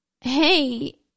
hey